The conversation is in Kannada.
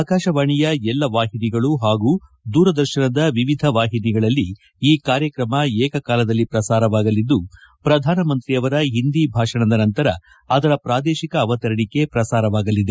ಆಕಾಶವಾಣಿ ಎಲ್ಲಾ ವಾಹಿನಿಗಳು ಹಾಗೂ ದೂರದರ್ಶನದ ವಿವಿಧ ವಾಹಿನಿಗಳಲ್ಲಿ ಈ ಕಾರ್ಯಕ್ರಮ ಏಕಕಾಲದಲ್ಲಿ ಪ್ರಸಾರವಾಗಲಿದ್ದು ಪ್ರಧಾನಿಯವರ ಒಂದಿ ಭಾಷಣದ ನಂತರ ಪ್ರಾದೇಶಿಕ ಅವತರಣೆ ಪ್ರಸಾರವಾಗಲಿದೆ